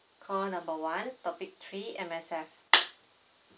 number one topic three M_S_F